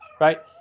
right